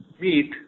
meet